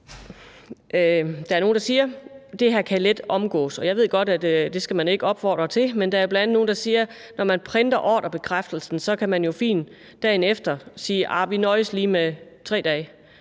der er nogle, der siger, at det her let kan omgås. Jeg ved godt, at det skal man ikke opfordre til, men der er bl.a. nogle, der siger, at når man printer ordrebekræftelsen, kan man jo fint dagen efter sige: Vi nøjes lige med 3 dage